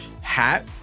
hat